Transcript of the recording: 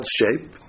shape